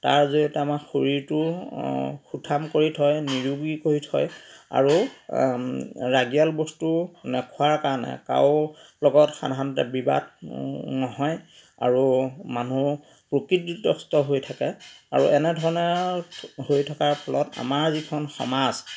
তাৰ জৰিয়তে আমাৰ শৰীৰটো সুঠাম কৰি থয় নিৰোগী কৰি থয় আৰু ৰাগীয়াল বস্তু নোখোৱাৰ কাৰণে কাৰো লগত সাধাৰণতে বিবাদ নহয় আৰু মানুহ প্ৰকৃতিতষ্ট হৈ থাকে আৰু এনেধৰণে হৈ থকাৰ ফলত আমাৰ যিখন সমাজ